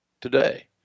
today